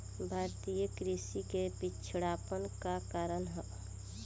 भारतीय कृषि क पिछड़ापन क कारण का ह?